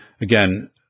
again